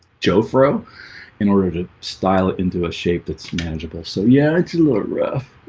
joe fro in order to style it into a shape that's manageable. so yeah, it's a little rough.